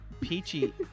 Peachy